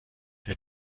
der